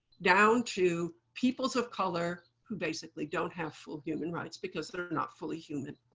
down to peoples of color who basically don't have full human rights because they are not fully human.